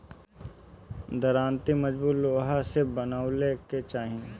दराँती मजबूत लोहा से बनवावे के चाही